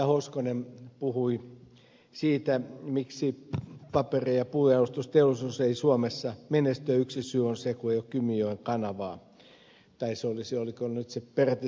hoskonen puhui siitä miksi paperi ja puunjalostusteollisuus ei suomessa menesty ja yksi syy on se kun ei ole kymijoen kanavaa tai olisiko se peräti ollut nyt se pääsyy